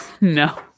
No